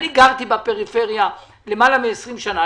אני גרתי בפריפריה למעלה מ-20 שנה,